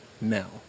now